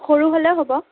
সৰু হ'লেও হ'ব